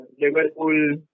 Liverpool